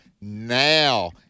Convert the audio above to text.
now